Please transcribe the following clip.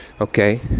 okay